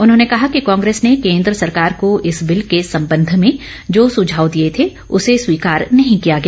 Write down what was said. उन्होंने कहा कि कांग्रेस ने केन्द्र सरकार को इस बिल के संबंध में जो सुझाव दिए थे उसे स्वीकार नहीं किया गया